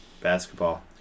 Basketball